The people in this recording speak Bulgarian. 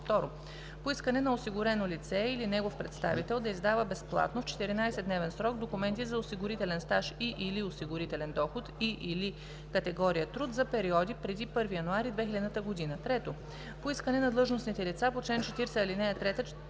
2. по искане на осигурено лице или негов представител да издава безплатно, в 14-дневен срок, документи за осигурителен стаж и/или осигурителен доход, и/или категория труд за периоди преди 1 януари 2000 г.; 3. по искане на длъжностните лица по чл. 40, ал. 3, чл.